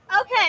Okay